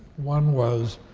one was